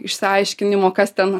išsiaiškinimo kas ten